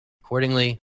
accordingly